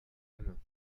même